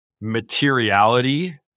materiality